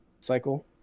cycle